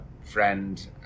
friend